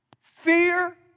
Fear